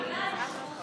הוא חי במדינת ישראל,